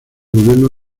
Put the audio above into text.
gobierno